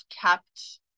kept